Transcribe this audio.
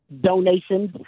donations